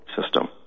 system